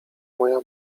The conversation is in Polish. moja